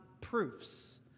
proofs